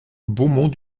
beaumont